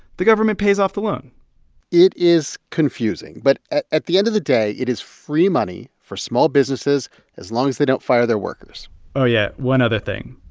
the government pays off the loan it is confusing. but at at the end of the day, it is free money for small businesses as long as they don't fire their workers oh, yeah, one other thing.